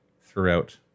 throughout